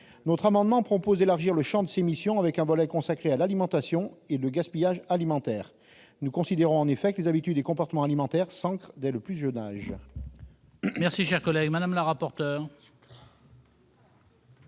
Notre amendement tend à élargir le champ de ces missions en ajoutant un volet consacré à l'alimentation et le gaspillage alimentaire. Nous considérons en effet que les habitudes et comportements alimentaires s'ancrent dès le plus jeune âge.